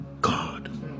God